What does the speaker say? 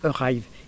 arrive